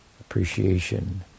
appreciation